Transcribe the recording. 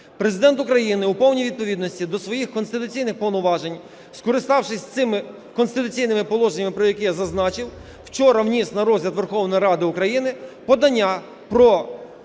Президент України у повній відповідності до своїх конституційних повноважень, скориставшись цими конституційними положеннями, про які я зазначив, вчора вніс на розгляд Верховної Ради України подання про